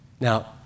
Now